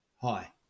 Hi